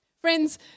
friends